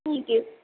thank you